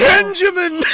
Benjamin